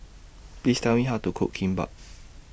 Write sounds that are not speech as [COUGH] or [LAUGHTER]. [NOISE] Please Tell Me How to Cook Kimbap